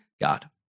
God